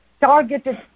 targeted